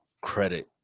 credit